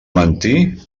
mentir